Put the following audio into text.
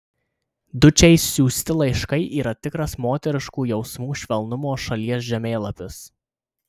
dučei siųsti laiškai yra tikras moteriškų jausmų švelnumo šalies žemėlapis